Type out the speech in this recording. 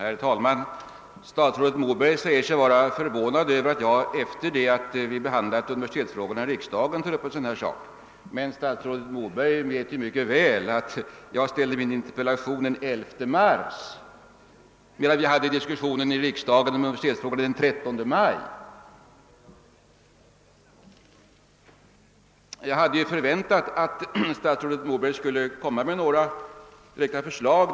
Herr talman! Statsrådet Moberg säger sig vara förvånad över att jag tar upp denna fråga efter det att vi i riksdagen har behandlat universitetsfrågorna. Men statsrådet Moberg vet mycket väl att jag framställde min interpellation redan den 11 mars, medan universitetsfrågorna diskuterades i riksdagen den 13 maj. Jag hade väntat att statsrådet Moberg skulle framlägga några direkta förslag.